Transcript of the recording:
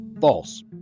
false